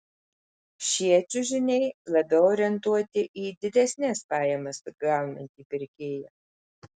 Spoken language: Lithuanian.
šie čiužiniai labiau orientuoti į didesnes pajamas gaunantį pirkėją